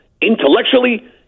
intellectually